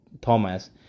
Thomas